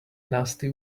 nasty